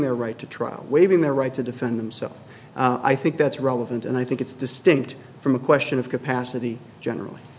their right to trial waving their right to defend themselves i think that's relevant and i think it's distinct from a question of capacity generally